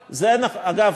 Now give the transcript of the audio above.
אגב,